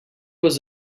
was